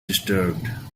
disturbed